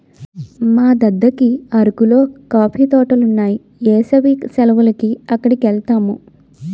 మా దద్దకి అరకులో కాఫీ తోటలున్నాయి ఏసవి సెలవులకి అక్కడికెలతాము